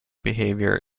behavior